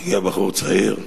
הגיע בחור צעיר,